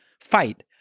fight